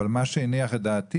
אבל מה שהניח את דעתי,